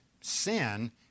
sin